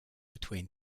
between